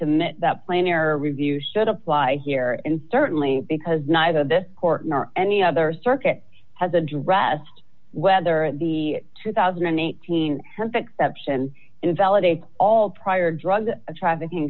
submit that plan or review should apply here and certainly because neither this court nor any other circuit has addressed whether the two thousand and eighteen exception invalidates all prior drug trafficking